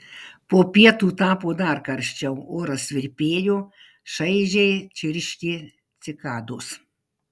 po pietų tapo dar karščiau oras virpėjo šaižiai čirškė cikados